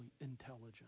intelligent